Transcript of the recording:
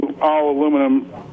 all-aluminum